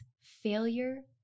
failure